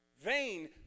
Vain